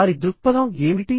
వారి దృక్పథం ఏమిటి